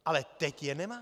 Ale teď je nemáme.